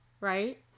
right